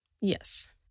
Yes